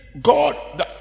God